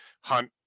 Hunt